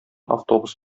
автобус